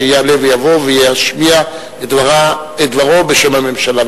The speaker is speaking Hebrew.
שיעלה ויבוא וישמיע את דברו בשם הממשלה.